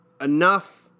Enough